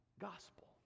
gospel